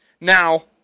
Now